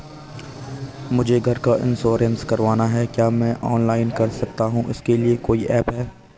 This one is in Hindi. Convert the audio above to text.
मुझे घर का इन्श्योरेंस करवाना है क्या मैं ऑनलाइन कर सकता हूँ इसके लिए कोई ऐप है?